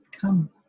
come